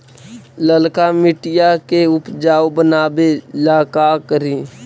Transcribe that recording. लालका मिट्टियां के उपजाऊ बनावे ला का करी?